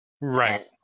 Right